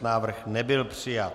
Návrh nebyl přijat.